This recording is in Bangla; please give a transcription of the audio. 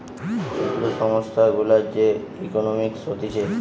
ক্ষুদ্র সংস্থা গুলার যে ইকোনোমিক্স হতিছে